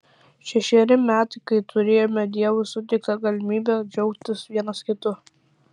šešeri metai kai turėjome dievo suteiktą galimybę džiaugtis vienas kitu